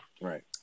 right